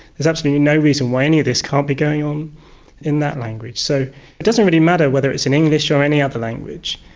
there's absolutely no reason why any of this can't be going on in that language. so it doesn't really matter whether it's in english or any other language,